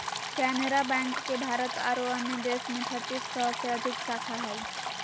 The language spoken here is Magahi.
केनरा बैंक के भारत आरो अन्य देश में छत्तीस सौ से अधिक शाखा हइ